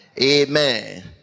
Amen